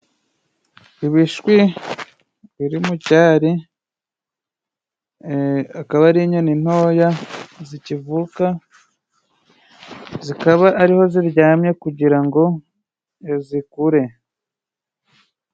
Ibishwi biri mu cyari, akaba ari inyoni ntoya zikivuka, zikaba ariho ziryamye kugira ngo zikure.